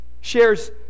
shares